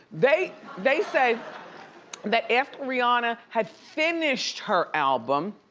they they say that after rihanna had finished her album,